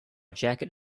jacket